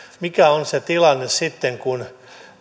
mikä on se tilanne sitten kun